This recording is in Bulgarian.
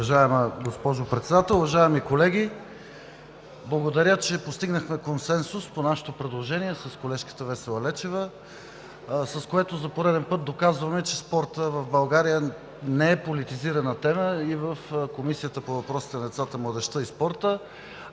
Уважаема госпожо Председател, уважаеми колеги! Благодаря, че постигнахме консенсус по нашето предложение с колежката Весела Лечева, с което за пореден път доказваме, че в България спортът не е политизирана тема и в Комисията по въпросите на децата, младежта и спорта.